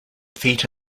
feet